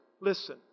Listen